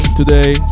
today